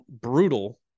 brutal